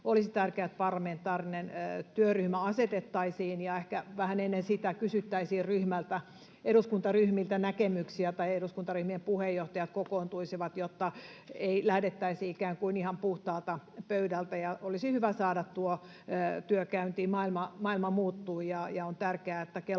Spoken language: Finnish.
Olisi tärkeää, että parlamentaarinen työryhmä asetettaisiin ja ehkä vähän ennen sitä kysyttäisiin eduskuntaryhmiltä näkemyksiä tai eduskuntaryhmien puheenjohtajat kokoontuisivat, jotta ei lähdettäisi ikään kuin ihan puhtaalta pöydältä. Olisi hyvä saada tuo työ käyntiin. Maailma muuttuu,